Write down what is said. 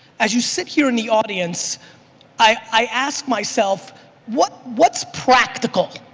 as you sit here in the audience i ask myself what's what's practical?